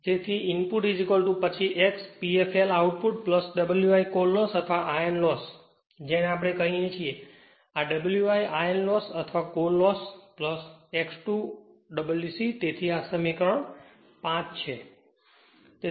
તેથી ઇનપુટ પછી x P fl output Wi core loss અથવા આયર્ન લોસ જેને આપણે કહીએ છીએ આ Wi આયર્ન લોસ અથવા કોર લોસ X2 Wc તેથી આ સમીકરણ 5 છે